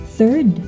Third